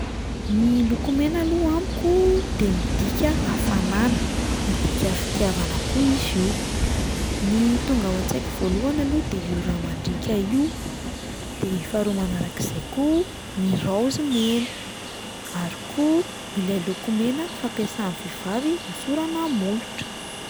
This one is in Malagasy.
Ny loko mena aloha amiko de midika hafanana, midika fitiavana koa izy io, ny tonga ao an-tsaiko voalohany aloha de io rà mandriaka io, de faharoa manarak'izay koa ny raozy mena ary koa ilay lokomena fampiasan'ny vehivavy hosorana amin'ny molotra.